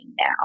now